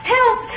Help